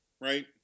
right